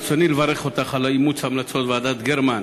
ברצוני לברך אותך על אימוץ המלצות ועדת גרמן,